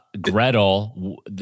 Gretel